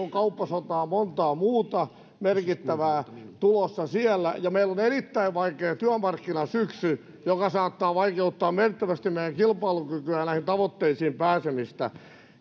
on kauppasotaa monta muuta merkittävää tulossa siellä ja meillä on erittäin vaikea työmarkkinasyksy joka saattaa vaikeuttaa merkittävästi meidän kilpailukykyä ja näihin tavoitteisiin pääsemistä